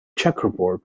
checkerboard